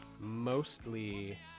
mostly